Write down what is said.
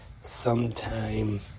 sometime